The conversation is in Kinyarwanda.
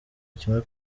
kimwe